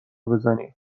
بزنیم